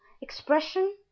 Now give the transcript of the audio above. expression